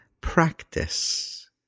practice